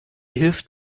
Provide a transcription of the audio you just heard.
hilft